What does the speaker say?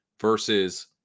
versus